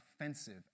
offensive